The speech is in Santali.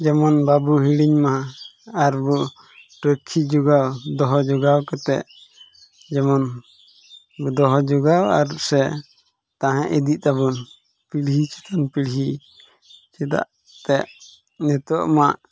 ᱡᱮᱢᱚᱱ ᱵᱟᱵᱚ ᱦᱤᱲᱤᱧ ᱢᱟ ᱟᱨ ᱵᱚ ᱨᱟᱠᱷᱤ ᱡᱳᱜᱟᱣ ᱫᱚᱦᱚ ᱡᱳᱜᱟᱣ ᱠᱟᱛᱮᱫ ᱡᱮᱢᱚᱱ ᱵᱚᱱ ᱫᱚᱦᱚ ᱡᱳᱜᱟᱣ ᱟᱨ ᱥᱮ ᱛᱟᱦᱮᱸ ᱤᱫᱤᱜ ᱛᱟᱵᱚᱱ ᱯᱤᱲᱦᱤ ᱪᱮᱛᱟᱱ ᱯᱤᱲᱦᱤ ᱪᱮᱫᱟᱜ ᱮᱱᱛᱮᱫ ᱱᱤᱛᱚᱜ ᱢᱟ